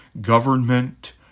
government